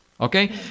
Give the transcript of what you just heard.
okay